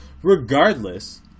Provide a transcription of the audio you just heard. Regardless